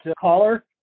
caller